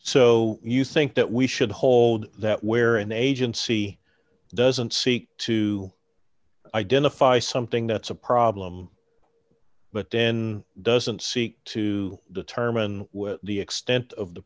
so you think that we should hold that where an agency doesn't seek to identify something that's a problem but then doesn't seek to determine the extent of the